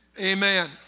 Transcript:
Amen